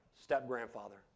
step-grandfather